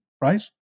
right